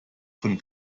von